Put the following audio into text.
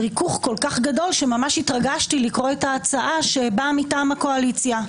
"ריכוך" כל כך גדול שממש התרגשתי לקרוא את ההצעה שבאה מטעם הקואליציה.